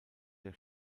der